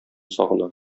сагына